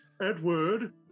Edward